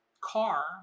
car